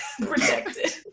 protected